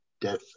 death